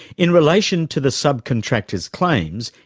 in relation to the subcontractors' claims,